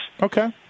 Okay